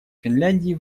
финляндии